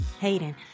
hayden